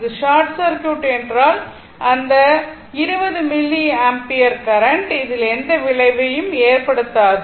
இது short circuit என்றால் இந்த 20 மில்லி ஆம்பியர் கரண்ட் இதில் எந்த விளைவையும் ஏற்படுத்தாது